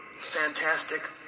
fantastic